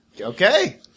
Okay